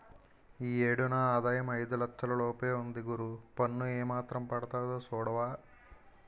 ఈ ఏడు నా ఆదాయం ఐదు లచ్చల లోపే ఉంది గురూ పన్ను ఏమాత్రం పడతాదో సూడవా